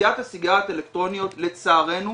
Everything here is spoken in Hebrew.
תעשיית הסיגריות האלקטרוניות לצערנו